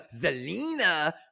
Zelina